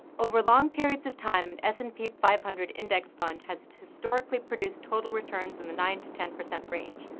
over long periods of time, an s and p five hundred index fund has historically produced total returns in the nine percent to ten percent range.